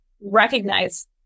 recognize